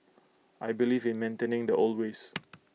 I believe in maintaining the old ways